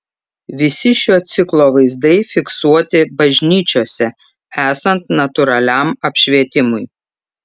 visi šio ciklo vaizdai fiksuoti bažnyčiose esant natūraliam apšvietimui